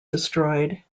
destroyed